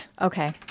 Okay